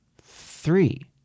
three